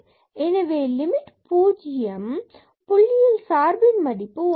எனவே லிமிட் பூஜ்ஜியம் புள்ளியில் சார்பின் மதிப்பு 1